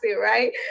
right